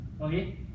Okay